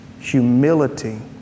Humility